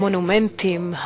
המונומנטים,